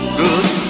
good